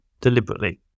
deliberately